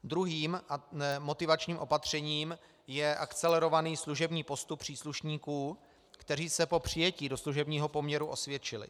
Druhým motivačním opatřením je akcelerovaný služební postup příslušníků, kteří se po přijetí do služebního poměru osvědčili.